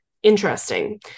interesting